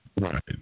Right